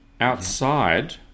outside